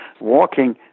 walking